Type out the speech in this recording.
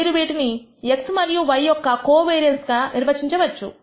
మీరు వీటిని x మరియు y యొక్క కోవేరియన్స్ గా నిర్వచించవచ్చు